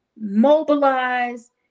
mobilize